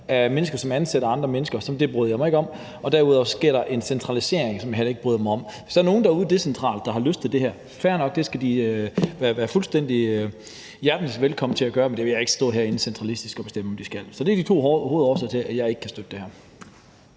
af mennesker, som ansætter andre mennesker, og det bryder jeg mig ikke om. Derudover sker der en centralisering, som jeg heller ikke bryder mig om. Hvis der er nogen derude, som decentralt har lyst til at gøre det her, så er det fair nok. Det skal de være hjertelig velkommen til. Men det vil jeg ikke stå herinde og på centralistisk vis bestemme at de skal. Det er de to hovedårsager til, at jeg ikke kan støtte det her